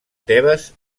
tebes